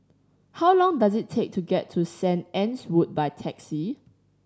how long does it take to get to Saint Anne's Wood by taxi